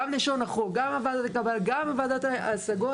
גם לשון החוק, גם הוועדה קבלה, גם ועדת ההשגות.